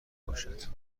باشد